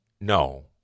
No